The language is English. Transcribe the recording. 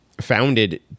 founded